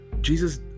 Jesus